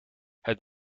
het